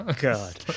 God